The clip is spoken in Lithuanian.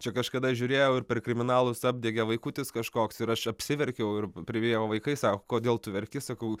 čia kažkada žiūrėjau ir per kriminalus apdegė vaikutis kažkoks ir aš apsiverkiau ir priėjo vaikai sako kodėl tu verki sakau